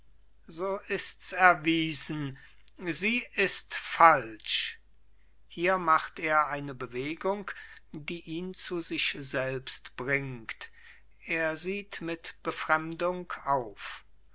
so ists erwiesen sie ist falsch hier macht er eine bewegung die ihn zu sich selbst bringt er sieht mit befremdung auf